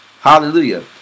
Hallelujah